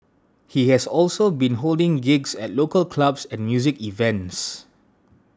he has also been holding gigs at local clubs and music events